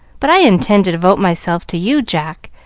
but i intend to devote myself to you, jack,